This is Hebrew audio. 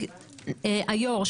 היו"ר,